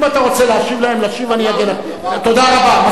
אם אתה רוצה להשיב להם אני, תודה רבה.